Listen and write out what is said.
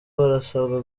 barasabwa